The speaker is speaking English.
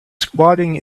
squatting